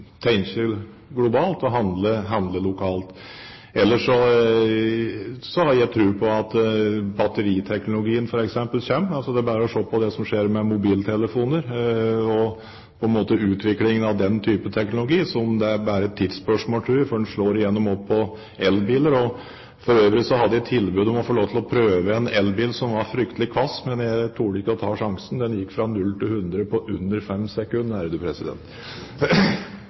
globalt og handle lokalt. Ellers har jeg tro på at f.eks. batteriteknologien kommer, det er bare å se på det som skjer med mobiltelefoner og utviklingen av den type teknologi. Det er bare et tidsspørsmål, tror jeg, før det slår igjennom også når det gjelder elbiler. For øvrig hadde jeg tilbud om å prøve en elbil som var fryktelig kvass, men jeg turte ikke å ta sjansen. Den gikk fra null til hundre på under fem